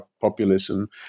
populism